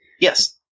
Yes